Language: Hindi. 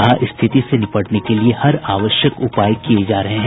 कहा स्थिति से निपटने के लिये हर आवश्यक उपाय किये जा रहे हैं